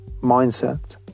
mindset